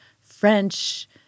French